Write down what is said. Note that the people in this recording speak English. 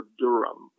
durham